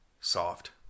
Soft